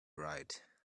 right